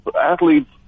athletes